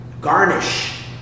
garnish